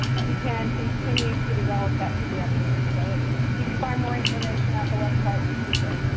you can continue to develop that pediatric capability. you can find more information at the website listed here.